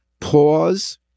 Pause